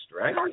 right